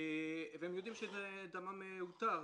והם יודעים שדמם מותר.